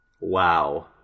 Wow